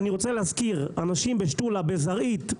בזרעית,